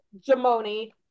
Jamoni